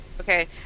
Okay